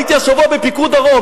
הייתי השבוע בפיקוד דרום,